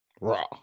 Raw